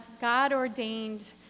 God-ordained